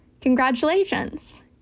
Congratulations